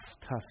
tough